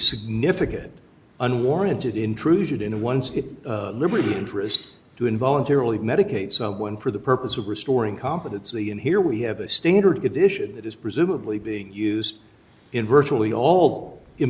significant unwarranted intrusion into one's really interest to involuntarily medicate someone for the purpose of restoring competency and here we have a standard edition that is presumably being used in virtually all i